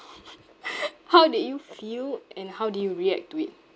how did you feel and how did you react to it